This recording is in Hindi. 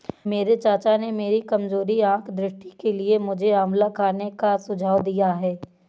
मेरे चाचा ने मेरी कमजोर आंख दृष्टि के लिए मुझे आंवला खाने का सुझाव दिया है